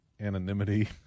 anonymity